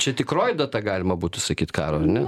čia tikroji data galima būtų sakyt karo ar ne